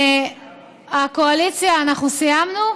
הקואליציה, אנחנו סיימנו?